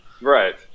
right